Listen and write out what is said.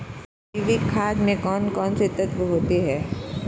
जैविक खाद में कौन कौन से तत्व होते हैं?